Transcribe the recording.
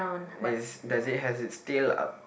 is does it has it tail up